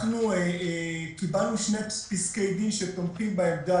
קיבלנו שני פסקי דין שתומכים בעמדה.